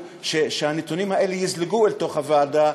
שהנתונים האלה יזלגו לתוך הוועדה,